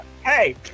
Hey